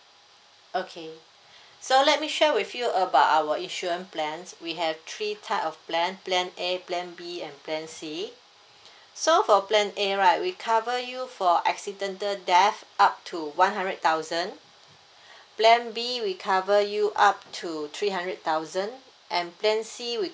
okay so let me share with you about our insurance plans we have three type of plan plan A plan B and plan C so for plan A right we cover you for accidental death up to one hundred thousand plan B we cover you up to three hundred thousand and plan C we